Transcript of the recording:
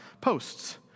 posts